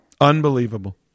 unbelievable